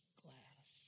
glass